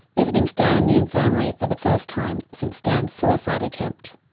visiting stan in the infirmary for the first time since stan's suicide attempt.